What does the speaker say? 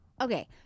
Okay